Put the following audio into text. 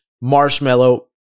marshmallow